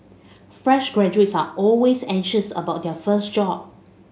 fresh graduates are always anxious about their first job